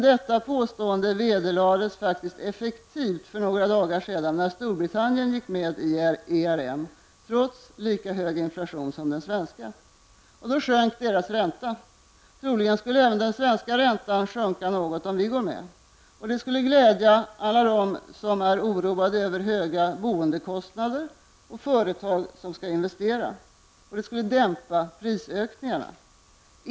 Detta påstående vederlades dock effektivt för några dagar sedan när Storbritannien gick med i ERM, trots lika hög inflation som den svenska. Då sjönk deras ränta. Troligen skulle även den svenska räntan sjunka, om vi gick med. Det skulle glädja alla dem som är oroade över höga boendekostnader och företag som skall investera. Det skulle också dämpa prisökningarna.